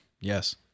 yes